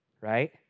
Right